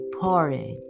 porridge